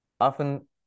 often